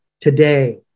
today